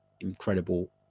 incredible